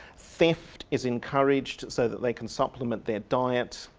theft is encouraged so that they can supplement their diet.